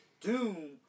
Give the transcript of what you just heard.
Doom